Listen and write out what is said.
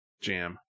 jam